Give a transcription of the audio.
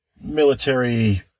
military